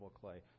clay